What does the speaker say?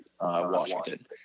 Washington